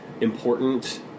important